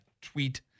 tweet